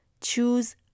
choose